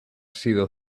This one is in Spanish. sido